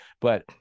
But-